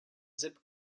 zip